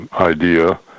idea